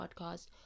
podcast